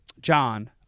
John